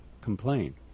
complain